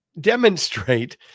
demonstrate